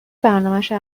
برنامشو